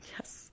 Yes